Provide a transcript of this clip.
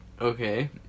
Okay